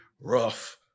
rough